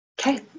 Okay